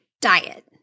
diet